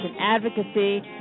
advocacy